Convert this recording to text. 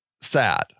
sad